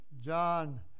John